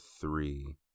three